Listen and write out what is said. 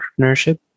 entrepreneurship